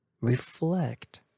Reflect